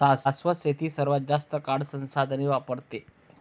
शाश्वत शेती सर्वात जास्त काळ संसाधने वापरते